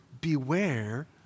beware